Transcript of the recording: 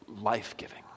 life-giving